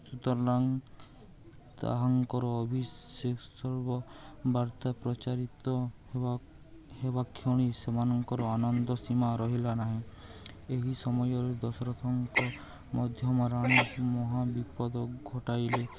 ସୁତରାଂ ତାହାଙ୍କର ଅଭିଷେକ ସର୍ବ ବାର୍ତ୍ତା ପ୍ରଚାରିତ ହେବା ହେବା କ୍ଷଣୀ ସେମାନଙ୍କର ଆନନ୍ଦ ସୀମା ରହିଲା ନାହିଁ ଏହି ସମୟରେ ଦଶରଥଙ୍କ ମଧ୍ୟମ ରାଣୀ ମହାବିିପଦ ଘଟାଇଲେ